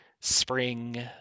spring